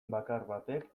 batek